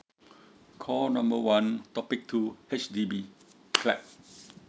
call number one topic two H D P clap